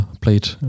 played